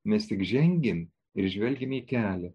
mes tik žengėm ir žvelgėme į kelią